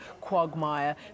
quagmire